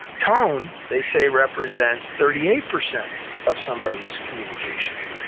tone, they say, represents thirty eight percent of somebody's communication.